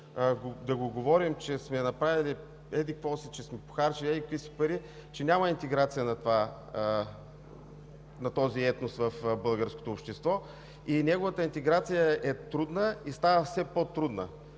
да говорим, че сме направили еди-какво си, че сме похарчили еди-какви си пари, че няма интеграция на този етнос в българското общество, неговата интеграция е трудна и става все по-трудна.